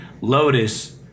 Lotus